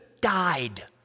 died